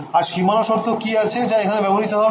আর সীমানা শর্ত কি আছে যা এখানে ব্যবহৃত হবে